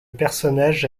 personnage